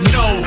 no